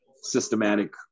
systematic